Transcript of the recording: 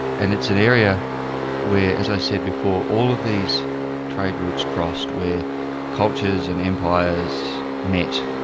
and it's an area where, as i said before, all of these trade routes crossed, where cultures and empires met.